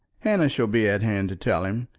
hannah shall be at hand to tell him.